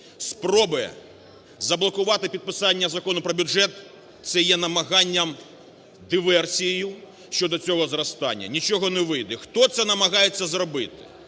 спроби заблокувати підписання Закону про бюджет - це є намаганням, диверсією щодо цього зростання. Нічого не вийде. Хто це намагається зробити?